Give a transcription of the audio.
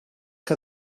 que